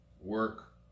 Work